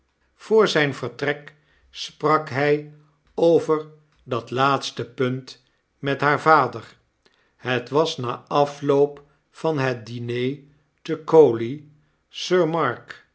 vr zyn vertrek sprak hij over dat laatste i-nut met haar vader het was na afioop van let diner te